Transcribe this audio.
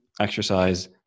exercise